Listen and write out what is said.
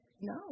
No